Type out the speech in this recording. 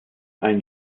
ein